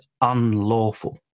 unlawful